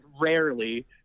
Rarely